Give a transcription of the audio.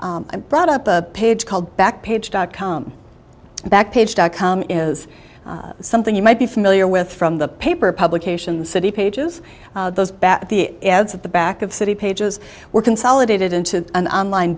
i brought up a page called back page dot com backpage dot com is something you might be familiar with from the paper publication city pages those back the ads at the back of city pages were consolidated into an online